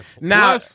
now